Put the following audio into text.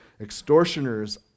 extortioners